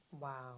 Wow